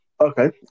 Okay